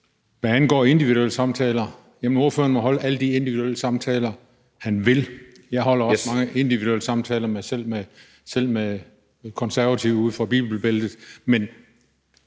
Hvad angår individuelle samtaler, vil jeg sige, at ordføreren må holde alle de individuelle samtaler, han vil. Jeg holder også mange individuelle samtaler selv med konservative ude fra bibelbæltet, men